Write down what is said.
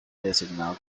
designado